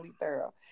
thorough